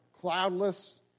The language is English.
cloudless